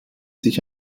sich